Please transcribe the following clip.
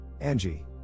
Angie